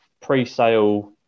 pre-sale